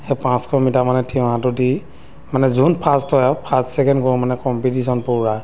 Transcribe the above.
সেই পাঁচশ মিটাৰ মানে থিয় সাঁতোৰ দি মানে যোন ফাৰ্ষ্ট হয় আৰু ফাৰ্ষ্ট ছেকেণ্ড কৰোঁ মানে কম্পিটিশ্যন পূৰা